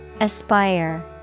Aspire